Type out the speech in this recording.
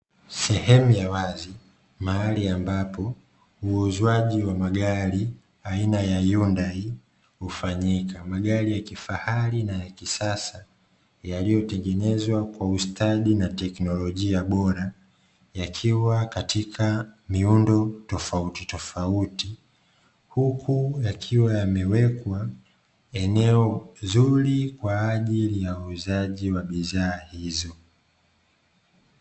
Sehemu ya wazi mahali ambapo uuzwaji wa magari aina ya hyundai hufanyika. Magari ya kifahari na ya kisasa yaliyotengenezwa kwa ustadi na teknolojia bora yakiwa katika miundo tofauti tofauti huku yakiwa yamewekwa eneo zuri kwa ajili ya uuzaji wa bidhaa hizo.